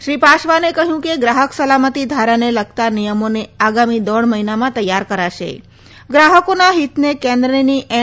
શ્રી પાસવાને કહ્યું કે ગ્રાહક સલામતી ધારાને લગતા નિયમોને આગામી દોઢ મહિનામાં તૈયાર કરાશે ગ્રાહકોના હિતને કેન્દ્રની એન